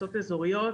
מועצות אזוריות